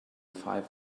five